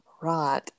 Right